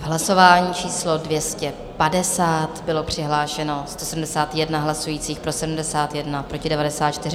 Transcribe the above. Hlasování číslo 250, bylo přihlášeno 171 hlasujících, pro 71, proti 94.